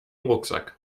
rucksack